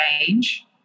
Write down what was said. change